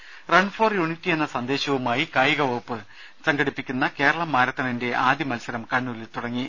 ദരര run for unity എന്ന സന്ദേശവുമായി കായികവകുപ്പ് സംഘടിപ്പിക്കുന്ന കേരള മാരത്തണിന്റെ ആദ്യമത്സരം കണ്ണൂരിൽ തുടങ്ങി